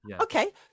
Okay